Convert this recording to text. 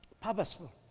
Purposeful